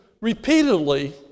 repeatedly